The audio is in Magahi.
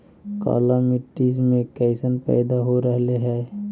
काला मिट्टी मे कैसन पैदा हो रहले है?